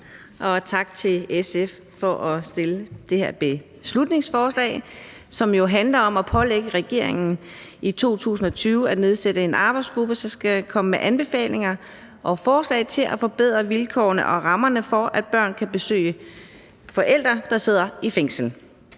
tak til SF for at fremsætte det her beslutningsforslag, som jo handler om at pålægge regeringen i 2020 at nedsætte en arbejdsgruppe, som skal komme med anbefalinger og forslag til at forbedre vilkårene og rammerne for, at børn kan besøge forældre, der sidder i fængsel.